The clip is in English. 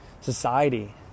society